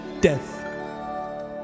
death